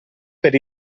per